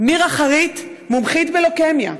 מירה חריט, מומחית בלוקמיה,